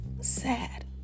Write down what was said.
sad